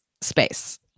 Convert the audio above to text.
space